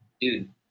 dude